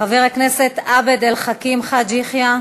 חבר הכנסת עבד אל חכים חאג' יחיא.